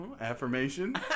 Affirmation